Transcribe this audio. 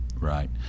right